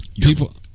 People